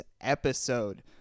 episode